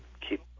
keep